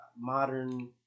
modern